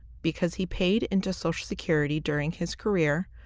because he paid into social security during his career,